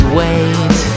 wait